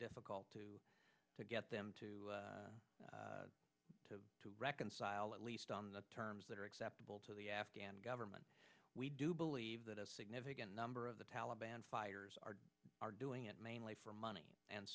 difficult to to get them to to reconcile at least on the terms that are acceptable to the afghan government we do believe that a significant number of the taliban fighters are are doing it mainly for money and